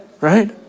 right